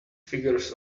figures